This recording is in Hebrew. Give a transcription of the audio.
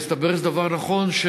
והתברר שזה נכון,